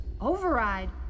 Override